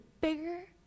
bigger